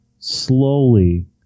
slowly